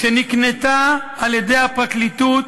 שנקנתה על-ידי הפרקליטות,